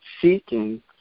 seeking